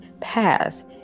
pass